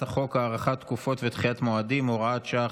חוק הארכת תקופות ודחיית מועדים (הוראת שעה,